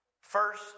first